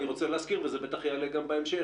אני רוצה להזכיר וזה בטח יעלה גם בהמשך,